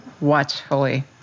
watchfully